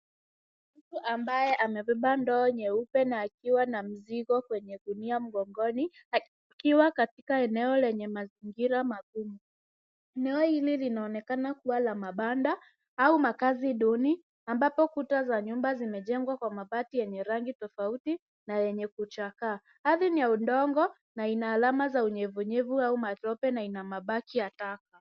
Mtu ambaye amebeba ndoo nyeupe na akiwa na mzigo kwenye gunia mgongoni, akiwa katika eneo lenye mazingira magumu. Eneo hili linaonekana kuwa la mabanda au makazi duni ambapo kuta za nyumba zimejengwa kwa mabati yenye rangi tofauti na yenye kuchakaa. Ardhi ni ya udongo na ina alama za unyevunyevu au matope na ina mabaki ya taka.